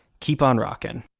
keep on rockin'.